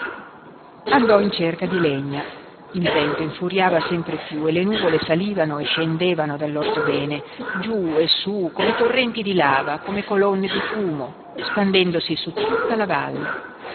andò in cerca di legna il vento infuriava sempre piú e le nuvole salivano e scendevano dall'orthobene giú e su come torrenti di lava come colonne di fumo spandendosi su tutta la valle